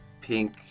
pink